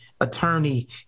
attorney